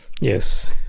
Yes